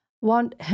want